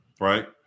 right